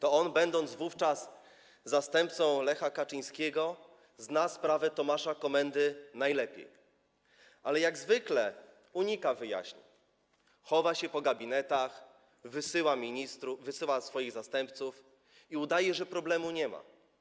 Ponieważ był wówczas zastępcą Lecha Kaczyńskiego, zna sprawę Tomasza Komendy najlepiej, ale jak zwykle unika wyjaśnień, chowa się po gabinetach, wysyła swoich zastępców i udaje, że problemu nie ma.